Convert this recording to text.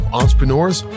entrepreneurs